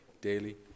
daily